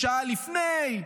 שעה לפני.